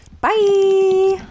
Bye